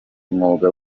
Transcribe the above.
mwuga